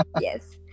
Yes